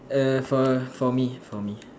err for for me for me